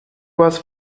was